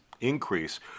increase